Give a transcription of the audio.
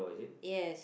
yes